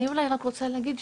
אני אולי רק רוצה להגיד,